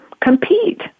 compete